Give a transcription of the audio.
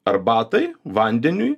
arbatai vandeniui